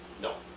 No